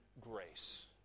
grace